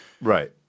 Right